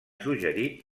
suggerit